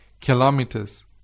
kilometers